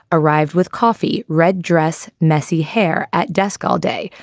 arrived with coffee, red dress, messy hair at desk all day.